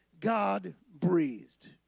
God-breathed